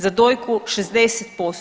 Za dojku 60%